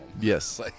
yes